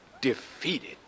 defeated